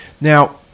Now